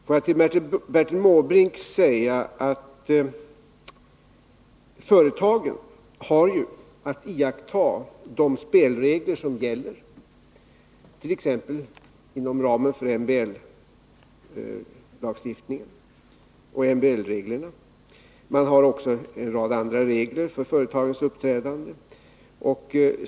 Får jag till Bertil Måbrink säga att företagen ju har att iaktta de spelregler som gäller, t.ex. inom ramen för MBL-lagstiftningen och MBL-reglerna. Det finns också en rad andra regler för företagens uppträdande.